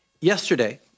Yesterday